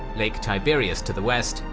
lake tiberias to the west,